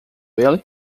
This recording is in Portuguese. ele